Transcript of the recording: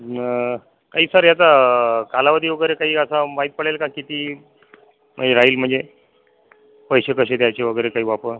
मग काही सर याचा कालावधी वगैरे काही असा माहीत पडेल का किती मग हे राहील म्हणजे पैसे कसे द्यायचे वगैरे काही बापा